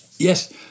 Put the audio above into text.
Yes